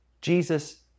Jesus